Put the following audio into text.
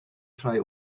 try